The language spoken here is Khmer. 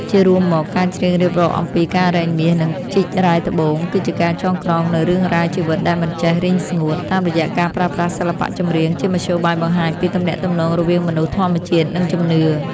ជារួមមក ការច្រៀងរៀបរាប់អំពីការរែងមាស និងជីករ៉ែត្បូង គឺជាការចងក្រងនូវរឿងរ៉ាវជីវិតដែលមិនចេះរីងស្ងួត តាមរយៈការប្រើប្រាស់សិល្បៈចម្រៀងជាមធ្យោបាយបង្ហាញពីទំនាក់ទំនងរវាងមនុស្ស ធម្មជាតិ និងជំនឿ។